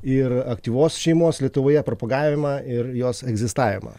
ir aktyvios šeimos lietuvoje propagavimą ir jos egzistavimą